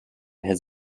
his